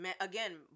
Again